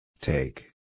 Take